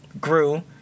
grew